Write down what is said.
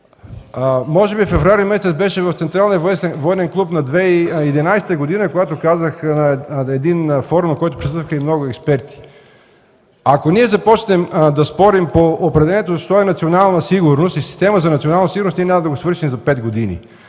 Може би месец февруари беше в Централния военен клуб, на 2011 г., когато казах на един форум, на който присъстваха и много експерти: ако ние започнем да спорим по определението „що е национална сигурност” и „система за национална сигурност”, ние няма да го свършим за пет години.